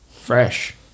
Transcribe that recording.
Fresh